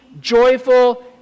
joyful